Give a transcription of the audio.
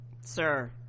sir